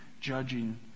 judging